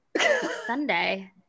Sunday